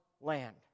land